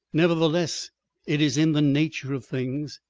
nevertheless it is in the nature of things.